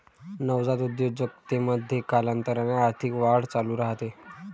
नवजात उद्योजकतेमध्ये, कालांतराने आर्थिक वाढ चालू राहते